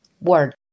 word